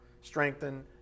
strengthen